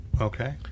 Okay